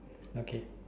okay